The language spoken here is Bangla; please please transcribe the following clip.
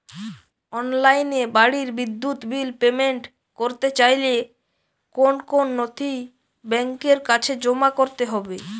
অনলাইনে বাড়ির বিদ্যুৎ বিল পেমেন্ট করতে চাইলে কোন কোন নথি ব্যাংকের কাছে জমা করতে হবে?